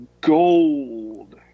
gold